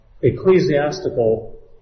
ecclesiastical